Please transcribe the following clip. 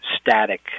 static